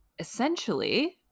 Essentially